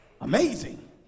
Amazing